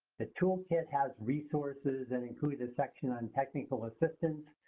the toolkit has resources and includes a section on technical assistance.